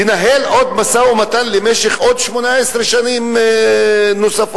לנהל עוד משא-ומתן במשך עוד 18 שנים נוספות,